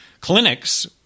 clinics